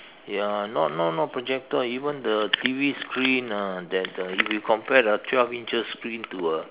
ya not not not projector even the T_V screen ah that uh if you compare the twelve inches screen to a